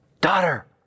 daughter